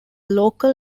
local